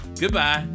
Goodbye